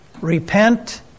repent